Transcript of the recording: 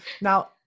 Now